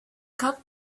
cup